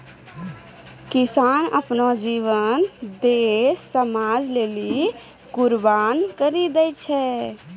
किसान आपनो जीवन देस समाज लेलि कुर्बान करि देने छै